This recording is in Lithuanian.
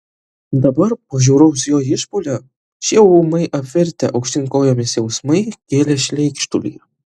dabar po žiauraus jo išpuolio šie ūmai apvirtę aukštyn kojomis jausmai kėlė šleikštulį